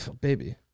Baby